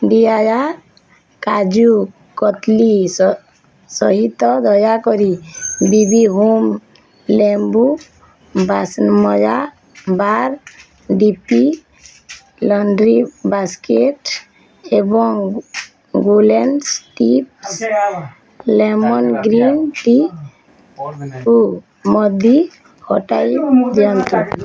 ଡିୟାୟା କାଜୁ କତଲି ସହିତ ଦୟାକରି B B home ଲେମ୍ବୁ ବାସନମଜା bar D P laundry basket ଏବଂ ବୁଲେନ୍ ଟିପ୍ସ ଲେମନ୍ ଗ୍ରୀନ୍ ଟିକୁ ମଧ୍ୟ ହଟାଇ ଦିଅନ୍ତୁ